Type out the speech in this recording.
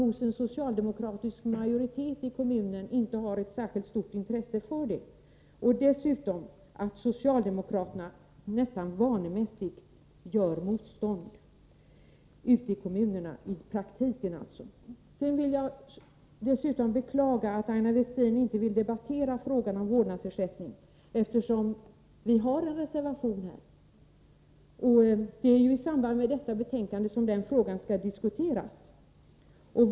Den socialdemokratiska majoriteten i kommunen har inte särskilt stort intresse för fristående daghem. Dessutom gör i praktiken socialdemokraterna ute i kommunerna nästan vanemässigt motstånd. Jag beklagar att Aina Westin inte här vill debattera frågan om vårdnadsersättning. Den frågan skall ju diskuteras under behandlingen av detta betänkande, och vi har också avgett en reservation.